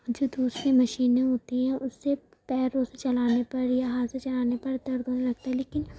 جو دوسری مشینیں ہوتی ہیں اس سے پیروں سے چلانے پر یا ہاتھ سے چلانے پر درد ہونے لگتا ہے لیکن